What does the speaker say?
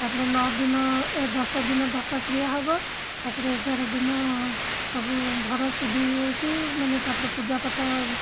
ତା'ପରେ ନଅ ଦିନ ଏ ଦଶ ଦିନ ଦଶକ୍ରିୟା ହବ ତା'ପରେ ଏଗାର ଦିନ ସବୁ ଘର ଶୁଦ୍ଧି ହେଇକି ମାନେ ତା'ପରେ ପୂଜା ପାଠ